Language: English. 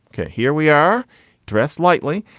ok, here we are dressed lightly.